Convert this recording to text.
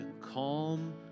calm